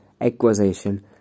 acquisition